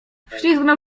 wślizgnął